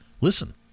listen